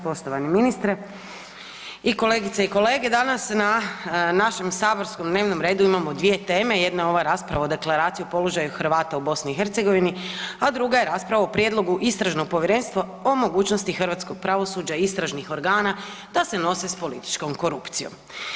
Poštovani ministre i kolegice i kolege danas na našem saborskom dnevnom redu imamo dvije teme jedna je ova rasprava o Deklaraciji o položaju Hrvata u BiH, a druga je rasprava o Prijedlogu istražno povjerenstvo o mogućnosti hrvatskog pravosuđa i istražnih organa da se nose s političkom korupcijom.